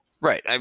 Right